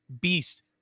beast